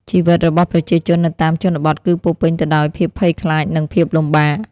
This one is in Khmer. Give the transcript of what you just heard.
ជីវិតរបស់ប្រជាជននៅតាមជនបទគឺពោរពេញទៅដោយភាពភ័យខ្លាចនិងភាពលំបាក។